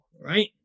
right